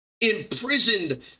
imprisoned